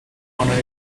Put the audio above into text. honour